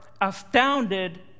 astounded